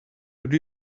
would